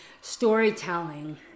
storytelling